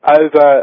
over